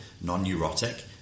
non-neurotic